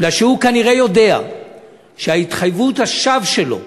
בגלל שהוא כנראה יודע שהתחייבות השווא שלו,